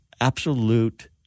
absolute